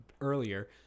earlier